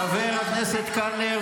חבר הכנסת הרצנו.